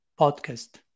podcast